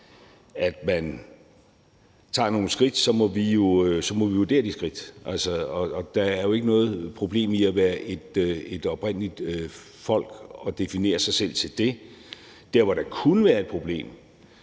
man tager nogle skridt, må vi jo vurdere de skridt. Der er jo ikke noget problem i at være et oprindeligt folk og definere sig selv som det. Der, hvor der kunne være et problem,